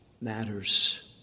matters